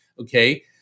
okay